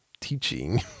teaching